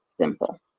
simple